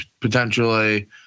potentially